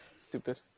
Stupid